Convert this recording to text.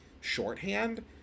shorthand